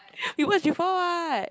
we watch before what